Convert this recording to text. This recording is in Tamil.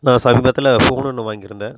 நான்சமீபத்தில் ஃபோன் ஒன்று வாங்கிருந்தேன்